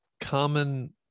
common